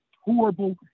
horrible